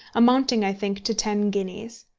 amounting, i think, to ten guineas.